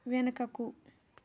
వెనుకకు